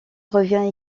revient